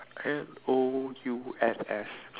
N O U N S